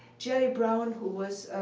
gerry brown who was